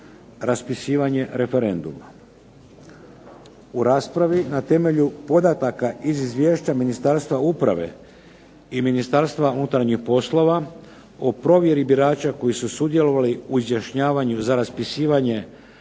raspisivanje referenduma. U raspravi na temelju podataka i izvješća Ministarstva uprave i Ministarstva unutarnjih poslova o provjeri birača koji su sudjelovali u izjašnjavanju za raspisivanje